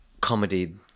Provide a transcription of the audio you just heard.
comedy